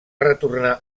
retornar